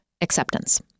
acceptance